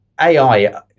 ai